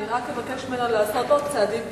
אני רק אבקש ממנה לעשות עוד צעדים,